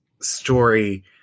story